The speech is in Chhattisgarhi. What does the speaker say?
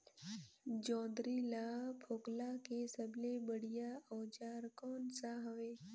जोंदरी ला फोकला के सबले बढ़िया औजार कोन सा हवे?